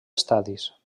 estadis